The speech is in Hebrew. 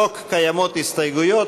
לחוק קיימות הסתייגויות.